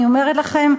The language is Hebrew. אני אומרת לכם,